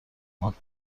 ماند